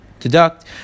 deduct